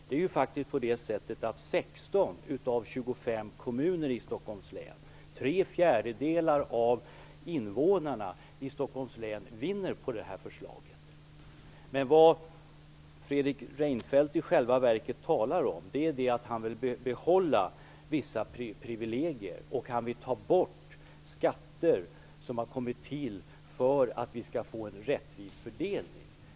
Det är faktiskt på det sättet att 16 av 25 kommuner i Stockholms län, tre fjärdedelar av invånarna i Stockholms län, vinner på det här förslaget. Det Fredrik Reinfeldt i själva verket talar om är att han vill behålla vissa privilegier. Han vill ta bort skatter som har kommit till för att vi skall få en rättvis fördelning.